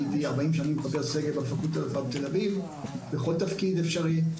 40 שנים הייתי חבר סגל בפקולטה לרפואה בתל אביב בכל תפקיד אפשרי.